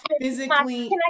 physically